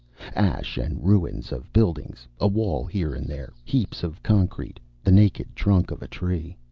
ash and ruins of buildings, a wall here and there, heaps of concrete, the naked trunk of a tree.